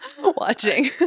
watching